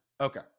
Okay